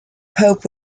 pope